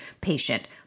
patient